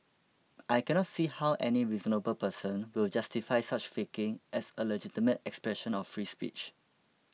I cannot see how any reasonable person will justify such faking as a legitimate expression of free speech